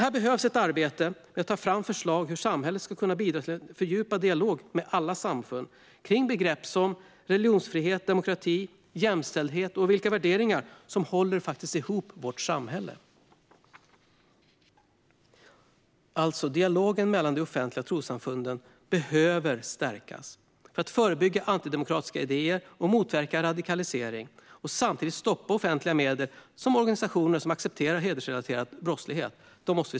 Här behövs ett arbete med att ta fram förslag på hur samhället ska kunna bidra till en fördjupad dialog med alla samfund om begrepp som religionsfrihet, demokrati och jämställdhet samt om vilka värderingar som håller ihop vårt samhälle. Dialogen mellan det offentliga och trossamfunden behöver stärkas för att förebygga antidemokratiska idéer och motverka radikalisering och samtidigt stoppa offentliga medel till organisationer som accepterar hedersrelaterad brottslighet.